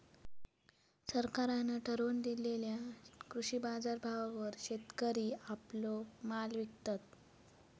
सरकारान ठरवून दिलेल्या कृषी बाजारभावावर शेतकरी आपलो माल विकतत